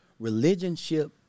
Religionship